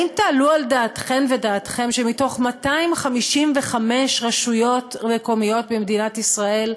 האם תעלו על דעתכן ודעתכם שמ-255 רשויות מקומיות במדינת ישראל,